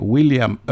William